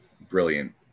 brilliant